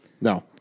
No